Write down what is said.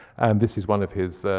and this is one of his.